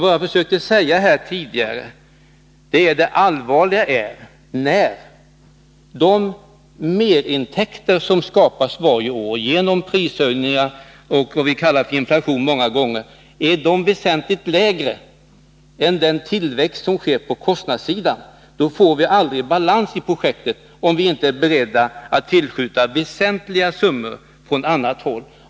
Som jag sade tidigare är emellertid det allvarliga här, om de merintäkter som skapas varje år genom prishöjningar och genom inflation är väsentligt lägre än den tillväxt som sker på kostnadssidan. Om så är fallet, får vi aldrig balans i projektet, såvida vi inte är beredda att tillskjuta väsentliga summor från annat håll.